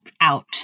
out